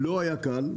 לא היה קל,